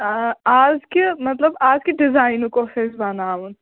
آ اَز کہِ مطلب اَزکہِ ڈِزاینُک اوس اَسہِ بناوُن